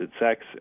sex